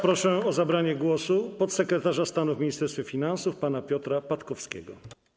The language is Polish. Proszę o zabranie głosu podsekretarza stanu w Ministerstwie Finansów pana Piotra Patkowskiego.